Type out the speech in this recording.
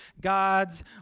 God's